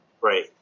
Right